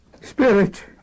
Spirit